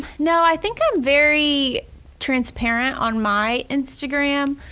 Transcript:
no. i think i'm very transparent on my instagram.